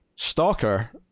Stalker